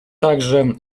также